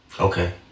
Okay